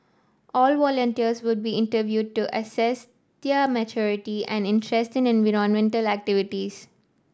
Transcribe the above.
all volunteers would be interviewed to assess their maturity and interest in environmental activities